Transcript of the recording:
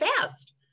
fast